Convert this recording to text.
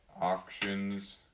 auctions